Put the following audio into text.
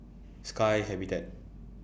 Sky Habitat